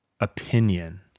opinion